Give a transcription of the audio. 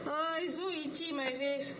ah its so itchy my face